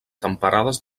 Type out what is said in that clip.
temperades